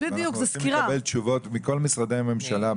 ואנחנו רוצים לקבל תשובות מכל משרדי הממשלה,